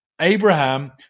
Abraham